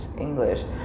English